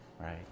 right